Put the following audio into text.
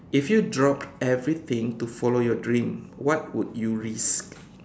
if you drop everything to follow your dream what would you risk